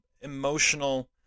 emotional